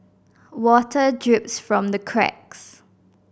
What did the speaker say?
water drips from the cracks